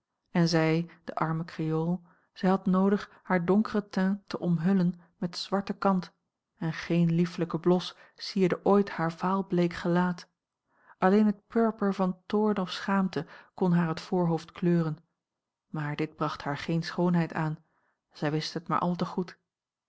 en zij de arme creole zij had noodig haar donkeren tint te omhullen met zwarte kant en geen liefelijke blos sierde ooit haar vaalbleek gelaat alleen het purper van toorn of schaamte kon haar het voorhoofd kleuren maar dit bracht haar geene schoonheid aan zij wist het maar al te goed